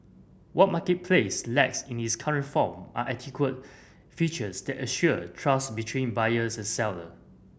what marketplace lacks in its current form are adequate features that assure trust between buyers and seller